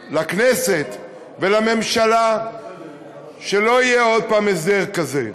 לכנסת ולממשלה הוא שלא יהיה עוד פעם הסדר כזה,